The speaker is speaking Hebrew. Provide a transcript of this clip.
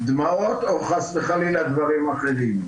דמעות או חס וחלילה דברים אחרים,